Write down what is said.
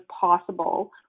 possible